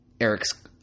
Eric's